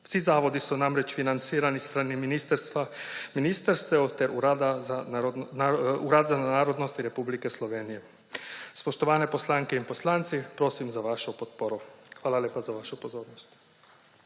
Vsi zavodi so namreč financirani s strani ministrstev ter Urada za narodnosti Republike Slovenije. Spoštovane poslanke in poslanci, prosim za vašo podporo. Hvala lepa za vašo pozornost.